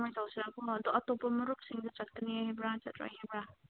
ꯀꯃꯥꯏꯅ ꯇꯧꯁꯤꯔꯥꯀꯣ ꯑꯗꯣ ꯑꯇꯣꯄꯄ ꯃꯔꯨꯞꯁꯤꯡꯁꯨ ꯆꯠꯀꯅꯤ ꯍꯥꯏꯕ꯭ꯔꯥ ꯆꯠꯂꯣꯏ ꯍꯥꯏꯕ꯭ꯔꯥ